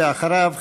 ואחריו,